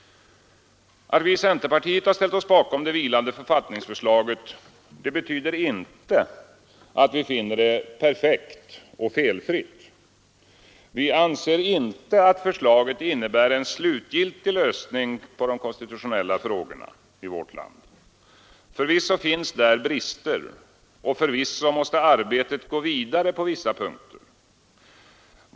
Att vi i centerpartiet har ställt oss bakom det vilande författningsförslaget betyder inte att vi finner det perfekt och felfritt. Vi anser inte att förslaget innebär en slutgiltig lösning på de konstitutionella frågorna i vårt land. Förvisso finns där brister, och förvisso måste arbetet gå vidare på vissa punkter.